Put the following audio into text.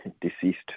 deceased